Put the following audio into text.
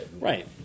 Right